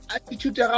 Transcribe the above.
attitude